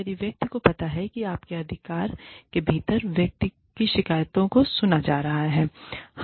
यदि व्यक्ति को पता है कि आपके अधिकार के भीतर व्यक्ति की शिकायतों को सुना जा रहा है